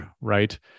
right